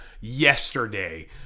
yesterday